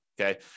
okay